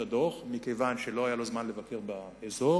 הדוח מכיוון שלא היה לו זמן לבקר באזור.